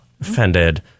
offended